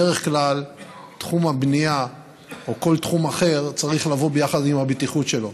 בדרך כלל תחום הבנייה או כל תחום אחר צריך לבוא ביחד עם הבטיחות שלו.